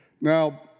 Now